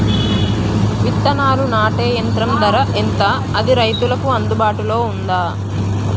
విత్తనాలు నాటే యంత్రం ధర ఎంత అది రైతులకు అందుబాటులో ఉందా?